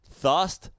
Thus